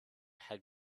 had